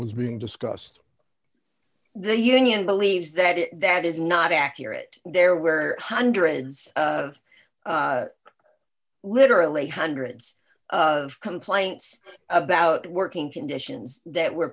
was being discussed the union believes that that is not accurate there were hundreds of literally hundreds of complaints about working conditions that were